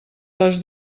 les